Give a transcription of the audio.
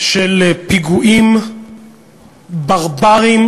של פיגועים ברבריים